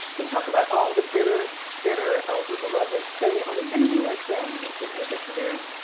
we talk about all the bitter, bitter elder beloveds. say, are we going to be like them if we make it to there?